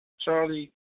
Charlie